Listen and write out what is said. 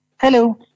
Hello